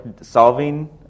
Solving